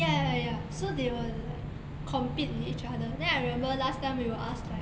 ya ya ya so they will like compete with each other then I remember last time we will ask like